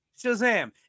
Shazam